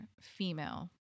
female